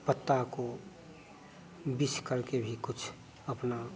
पत्तों को घिस करके भी कुछ अपना